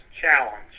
challenge